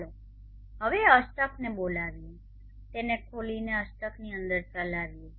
ચાલો હવે અષ્ટકને બોલાવીએ તેને ખોલીએ અને અષ્ટકની અંદર ચલાવીએ